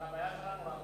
הבעיה שלנו היא לא